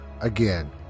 Again